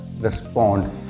respond